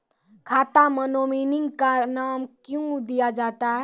खाता मे नोमिनी का नाम क्यो दिया जाता हैं?